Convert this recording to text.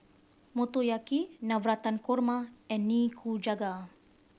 Motoyaki Navratan Korma and Nikujaga